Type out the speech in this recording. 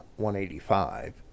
185